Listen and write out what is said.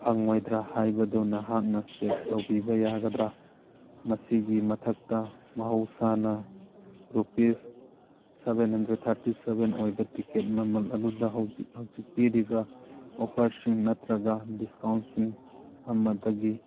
ꯐꯪꯂꯣꯏꯗ꯭ꯔꯥ ꯍꯥꯏꯕꯗꯨ ꯅꯍꯥꯛꯅ ꯆꯦꯛ ꯇꯧꯕꯤꯕ ꯌꯥꯒꯗ꯭ꯔꯥ ꯃꯁꯤꯒꯤ ꯃꯊꯛꯇ ꯃꯍꯧꯁꯥꯅ rupees seven hundred thirty seven ꯑꯣꯏꯕ ꯇꯤꯀꯦꯠ ꯃꯃꯜ ꯑꯗꯨꯗ ꯍꯧꯖꯤꯛ ꯍꯖꯤꯛ ꯄꯤꯔꯤꯕ ꯑꯣꯐꯔꯁꯤꯡ ꯅꯠꯇ꯭ꯔꯒ ꯗꯤꯁꯀꯥꯎꯟꯁꯤꯡ ꯑꯃꯗꯒꯤ